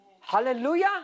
Hallelujah